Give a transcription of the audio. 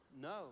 No